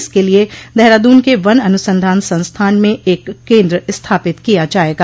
इसके लिए देहरादून के वन अनुसंधान संस्थान में एक केन्द्र स्थापित किया जायेगा